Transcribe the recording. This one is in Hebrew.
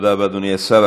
אדוני השר.